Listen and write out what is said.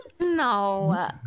No